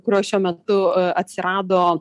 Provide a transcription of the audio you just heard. kurios šiuo metu atsirado